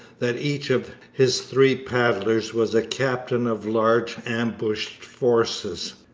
that each of his three paddlers was a captain of large ambushed forces.